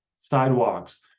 sidewalks